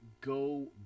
go